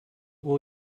will